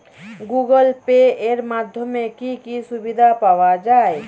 Google Pay এর মাধ্যমে কি কি সুবিধা পাওয়া যায়?